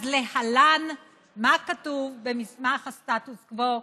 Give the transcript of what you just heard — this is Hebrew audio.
אז להלן מה שכתוב במסמך הסטטוס קוו,